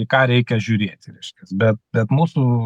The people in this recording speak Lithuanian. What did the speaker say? į ką reikia žiūrėti reiškias bet bet mūsų